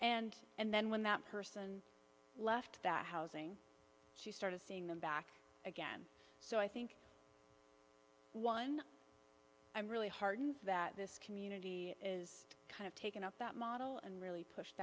and and then when that person left that housing she started seeing them back again so i think one i'm really heartened that this community is kind of taken up that model and really push